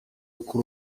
kuri